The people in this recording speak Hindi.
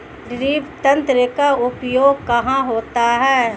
ड्रिप तंत्र का उपयोग कहाँ होता है?